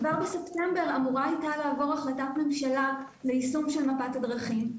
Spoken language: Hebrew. כבר בספטמבר הייתה אמורה לעבור החלטת ממשלה ליישום של מפת הדרכים.